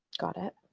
got it.